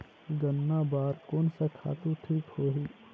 गन्ना बार कोन सा खातु ठीक होही?